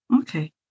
Okay